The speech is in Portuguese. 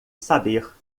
saber